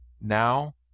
Now